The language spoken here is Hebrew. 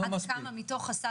לא מספיק.